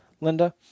Linda